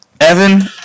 Evan